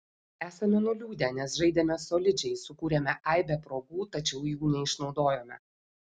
esame nuliūdę nes žaidėme solidžiai sukūrėme aibę progų tačiau jų neišnaudojome